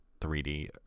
3D